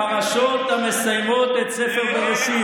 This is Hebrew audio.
הפרשות המסיימות את ספר בראשית,